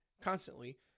constantly